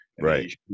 Right